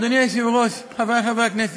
אדוני היושב-ראש, חברי חברי הכנסת,